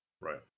right